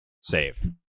save